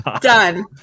done